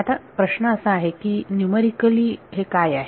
आता प्रश्न असा आहे की हे न्यूमरिकली काय आहे